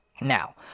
Now